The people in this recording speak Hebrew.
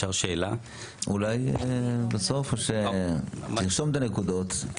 אולי בסוף או שתרשום את הנקודות,